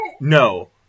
No